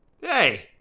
Hey